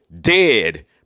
dead